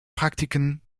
praktiken